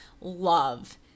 love